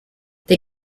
they